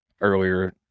earlier